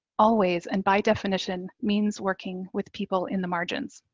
always and by definition means working with people in the margins.